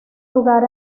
lugar